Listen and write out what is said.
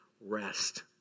rest